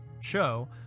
show